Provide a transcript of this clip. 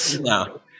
No